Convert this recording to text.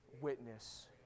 witness